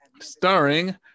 starring